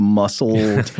muscle